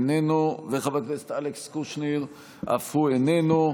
איננו, חבר הכנסת אלכס קושניר, אף הוא איננו.